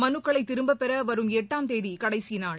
மனுக்களை திரும்பப்பெற வரும் எட்டாம் தேதி கடைசிநாள்